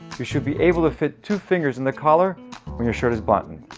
you should be able to fit two fingers in the collar when your shirt is buttoned.